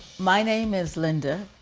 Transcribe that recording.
my name is linda.